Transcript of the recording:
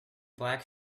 black